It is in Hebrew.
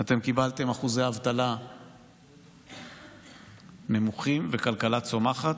אתם קיבלתם אחוזי אבטלה נמוכים וכלכלה צומחת,